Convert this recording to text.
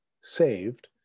saved